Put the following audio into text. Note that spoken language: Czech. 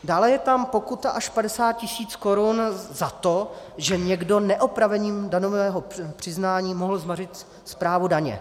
Dále je tam pokuta až 50 tisíc korun za to, že někdo neopravením daňového přiznání mohl zmařit správu daně.